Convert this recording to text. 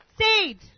seed